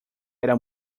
era